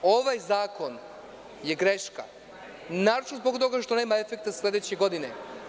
Ovaj zakon je greška, a naročito zbog toga što nema efekta sledeće godine.